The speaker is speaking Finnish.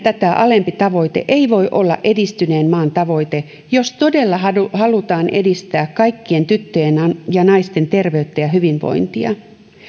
tätä alempi tavoite ei voi olla edistyneen maan tavoite jos todella halutaan edistää kaikkien tyttöjen ja naisten terveyttä ja hyvinvointia